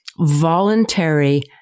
voluntary